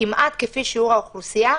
כמעט כפי שיעור האוכלוסייה,